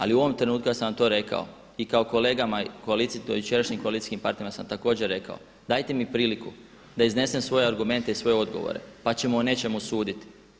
Ali u ovom trenutku ja sam vam to rekao i kolegama, dojučerašnjim koalicijskim partnerima sam također rekao dajte mi priliku da iznesem svoje argumente i svoje odgovore pa ćemo o nečemu suditi.